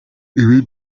ibi